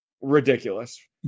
ridiculous